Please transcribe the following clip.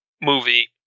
movie